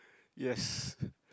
yes